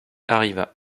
arriva